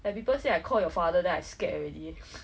like people say I call your father then I scared already